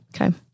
Okay